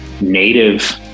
native